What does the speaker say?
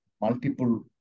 multiple